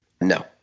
No